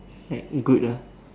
like good ah